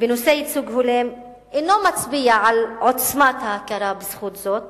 בנושא ייצוג הולם אינו מצביע על עוצמת ההכרה בזכות זאת